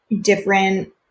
different